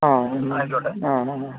ആ ആ ആ